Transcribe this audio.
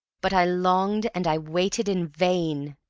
but i longed and i waited in vain!